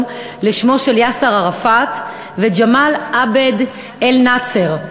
לשמות יאסר ערפאת וג'מאל עבד אל-נאצר,